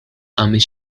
ამის